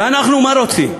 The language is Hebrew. ואנחנו מה רוצים?